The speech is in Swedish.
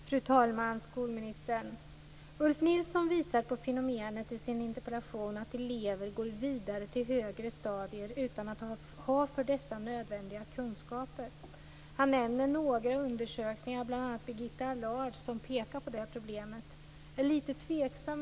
Fru talman! Skolministern! Ulf Nilsson visar i sin interpellation på fenomenet att elever går vidare till högre stadier utan att ha för dessa nödvändiga kunskaper. Han nämner några undersökningar, bl.a. Birgitta Allards, som pekar på det problemet. Jag är lite tveksam.